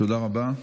תודה רבה.